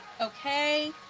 Okay